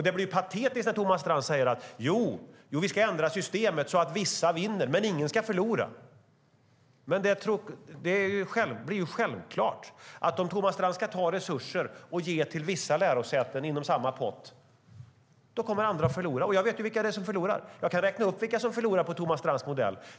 Det blir patetiskt när Thomas Strand säger att man ska ändra systemet så att vissa vinner men ingen förlorar. Men om Thomas Strand ska ta resurser ur en pott och ge till vissa lärosäten kommer självklart andra som får sina resurser från samma pott att förlora. Och jag vet vilka det är som förlorar. Jag kan räkna upp vilka som förlorar på Thomas Strands modell.